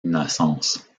innocence